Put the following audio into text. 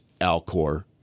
Alcor